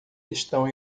estão